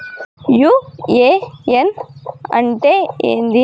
UAN అంటే ఏంది?